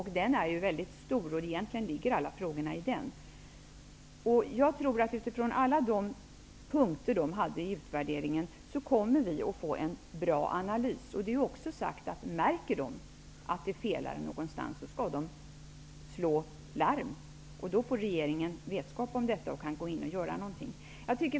Reformen är omfattande, och egentligen finns alla frågorna där. Men utgångspunkten i utvärderingen skall vara att det skall bli en bra analys. Märker man att det felar någonstans skall man slå larm. Då får regeringen vetskap om detta och kan göra något.